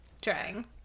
Trying